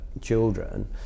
children